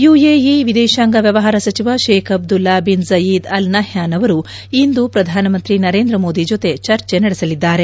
UAE ವಿದೇಶಾಂಗ ವ್ಯವಹಾರ ಸಚಿವ Sheikh Abdullah bin Zayed Al Nahyan ಅವರು ಇಂದು ಪ್ರಧಾನಮಂತ್ರಿ ನರೇಂದ್ರ ಮೋದಿ ಜತೆ ಚರ್ಚೆ ನಡೆಸಲಿದ್ದಾರೆ